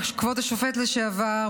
כבוד השופט לשעבר,